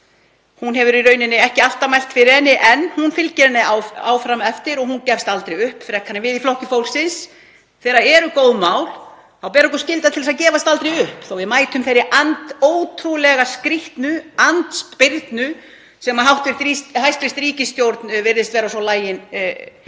Hún hefur í rauninni ekki alltaf mælt fyrir henni en hún fylgir henni áfram eftir og hún gefst aldrei upp frekar en við í Flokki fólksins. Þegar eru góð mál þá ber okkur skylda til þess að gefast aldrei upp þó að við mætum þeirri ótrúlega skrýtnu andspyrnu sem hæstv. ríkisstjórn virðist vera svo lagin